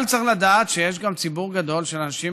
אבל צריך לדעת שיש גם ציבור גדול של אנשים